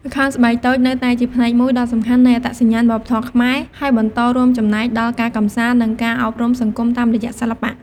ល្ខោនស្បែកតូចនៅតែជាផ្នែកមួយដ៏សំខាន់នៃអត្តសញ្ញាណវប្បធម៌ខ្មែរ ហើយបន្តរួមចំណែកដល់ការកម្សាន្ត និងការអប់រំសង្គមតាមរយៈសិល្បៈ។